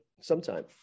sometime